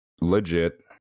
legit